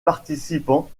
participants